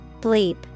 Bleep